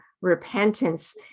repentance